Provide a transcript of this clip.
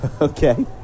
Okay